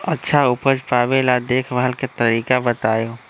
अच्छा उपज पावेला देखभाल के तरीका बताऊ?